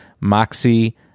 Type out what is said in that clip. Moxie